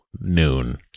noon